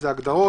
הגדרות.